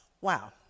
wow